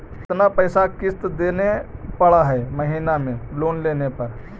कितना पैसा किस्त देने पड़ है महीना में लोन लेने पर?